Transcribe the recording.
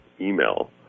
email